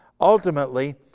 Ultimately